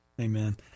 Amen